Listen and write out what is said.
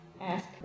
ask